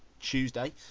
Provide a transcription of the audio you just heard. tuesday